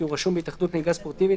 כי הוא רשום בהתאחדות נהיגה ספורטיבית